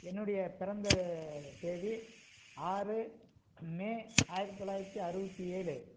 என்னுடைய பிறந்த தேதி ஆறு மே ஆயிரத்து தொள்ளாயிரத்து அறுவத்தி ஏழு